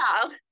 child